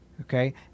okay